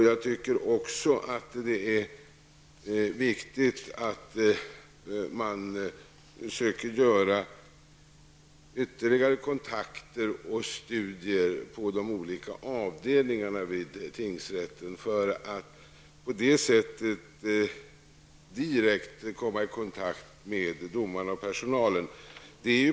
Det är också viktigt att man söker genomföra ytterligare kontakter och studier på de olika avdelningarna vid tingsrätten för att på det sättet direkt komma i kontakt med domare och personal.